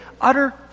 utter